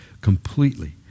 completely